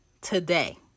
today